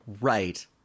Right